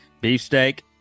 Beefsteak